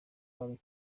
bari